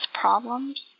problems